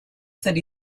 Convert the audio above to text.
that